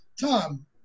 Tom